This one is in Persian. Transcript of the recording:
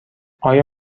آیا